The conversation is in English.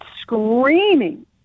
screaming